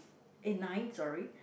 eh nine sorry